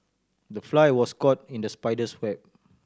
the fly was caught in the spider's web